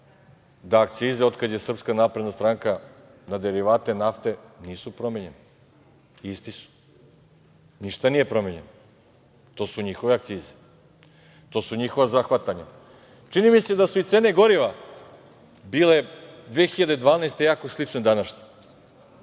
da akcize otkad je SNS na derivate nafte nisu promenjene, isti su. Ništa nije promenjeno. To su njihove akcize, to su njihova zahvatanja. Čini mi se da su u cene goriva bile 2012. godine jako slične današnjim.